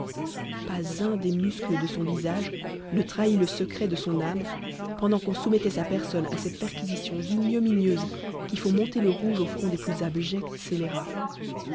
pas un des muscles de son visage ne trahit le secret de son âme pendant qu'on soumettait sa personne à ces perquisitions ignominieuses qui font monter le rouge au front des plus abjects scélérats